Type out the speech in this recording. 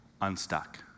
unstuck